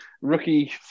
rookie